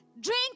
Drink